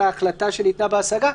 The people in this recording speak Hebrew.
מעצם טבעו של ההליך,